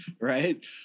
right